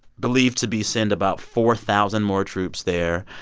believed to be, send about four thousand more troops there.